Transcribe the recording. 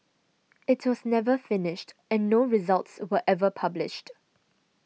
it was never finished and no results were ever published